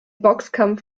boxkampf